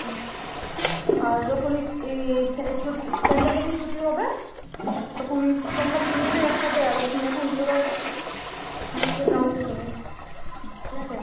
হুম আর যখনই স্ ই ছুটি সেন্টার যখন ছুটি হবে তখন তোমরা তিনজনে একসাথে এসো এখন যুগের জানছ তুমি ঠিক আছে